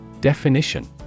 Definition